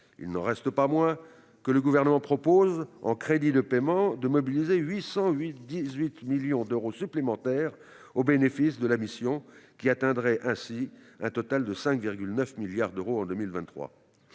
Il n'en reste pas moins que le Gouvernement propose, en crédits de paiement, de mobiliser 818 millions d'euros supplémentaires au bénéfice de cette mission, qui disposerait ainsi de 5,9 milliards d'euros au total